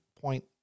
point